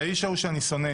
והאיש ההוא שאני שונא